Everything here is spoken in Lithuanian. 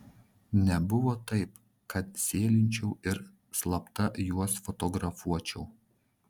nebuvo taip kad sėlinčiau ir slapta juos fotografuočiau